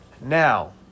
Now